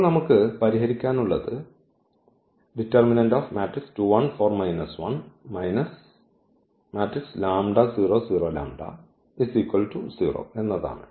ഇപ്പോൾ നമുക്ക് പരിഹരിക്കാൻ ഉള്ളത് എന്നതാണ്